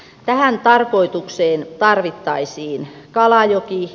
tähän tarkoitukseen tarvittaisiin kalajoki